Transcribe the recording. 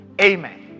Amen